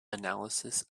analysis